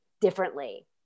differently